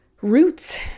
roots